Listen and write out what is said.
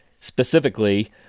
specifically